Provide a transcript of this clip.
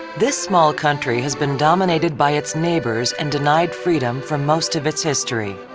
this small country has been dominated by its neighbors and denied freedom for most of its history.